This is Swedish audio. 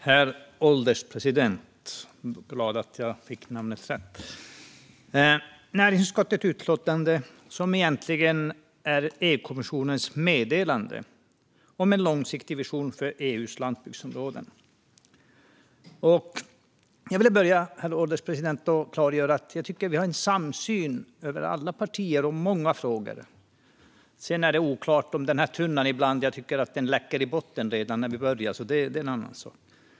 Herr ålderspresident! Vi debatterar näringsutskottets utlåtande, som egentligen är EU-kommissionens meddelande om en långsiktig vision för EU:s landsbygdsområden. Jag vill, herr ålderspresident, börja med att klargöra att jag tycker att vi i alla partier har en samsyn i många frågor. Sedan är det oklart - jag tycker att den här tunnan ibland läcker i botten redan när vi börjar, men det är en annan sak.